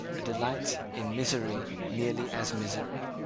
a delight in misery merely as misery.